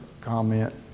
comment